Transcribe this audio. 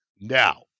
Now